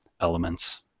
elements